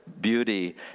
Beauty